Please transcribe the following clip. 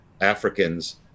Africans